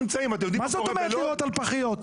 מה זה לירות על פחיות?